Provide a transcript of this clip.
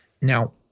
now